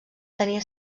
tenia